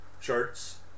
charts